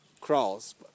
crawls